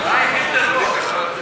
חיים, דיכטר פה.